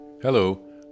Hello